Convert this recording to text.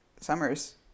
Summers